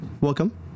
welcome